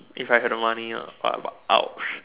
if I had the money ah but I got !ouch!